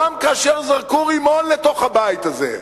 גם כאשר זרקו רימון לתוך הבית הזה,